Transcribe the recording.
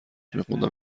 میخوندم